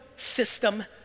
system